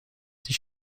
sich